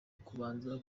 kubanza